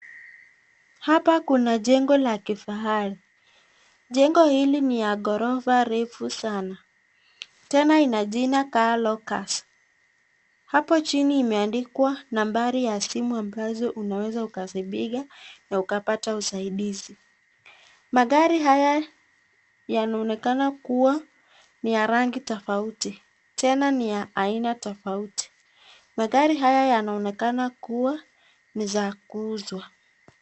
Hapa kuna jengo la kifahari, jengo hili ni la gorofa refu sana. Tena ina jina Car Locas, hapo chini imeandikwa nambari ya simu ambazo unaweza ukazipiga na ukapata usaidizi. Magari haya yanaonekana kuwa ni ya rangi tofauti, tena ni ya aina tofauti. Magari haya yanaonekana kuwa ni za kuuzwa.